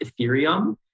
Ethereum